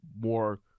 more